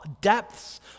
depths